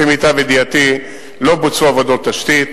לפי מיטב ידיעתי לא בוצעו עבודות תשתית.